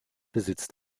besitzt